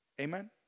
Amen